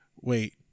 wait